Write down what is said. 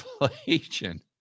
inflation